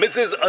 Mrs